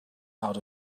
out